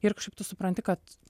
ir kažkaip tu supranti kad